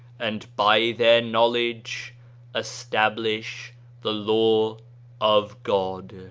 and by their knowledge establish the law of god.